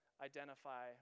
identify